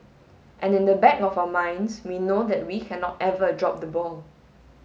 and in the back of our minds we know that we cannot ever drop the ball